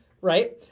right